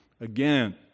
Again